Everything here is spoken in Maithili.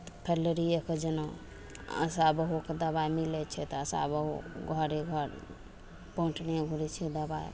तऽ फलेरियेके जेना आशा बहुके दबाइ मिलय छै तऽ आशा बहु घरे घर बाँटने घुरय छै दबाइ